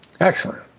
Excellent